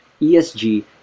ESG